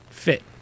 Fit